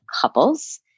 couples